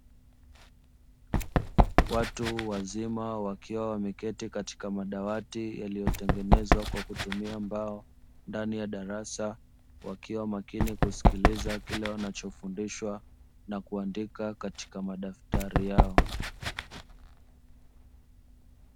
Watu wazima wakiwa wameketi katika madawati, yaliyotengenezwa kwa kutumia mbao ndani ya darasa, wakiwa makini kusikiliza kile wanachofundishwa na kuandika katika madaftari yao.